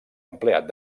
empleat